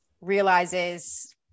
realizes